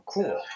Cool